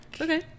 Okay